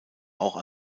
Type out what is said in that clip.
auch